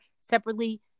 separately